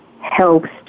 helps